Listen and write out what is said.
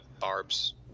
Barb's